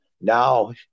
now